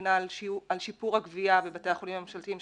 המדינה על שיפור הגבייה בבתי החולים הממשלתיים,